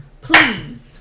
Please